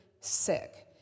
sick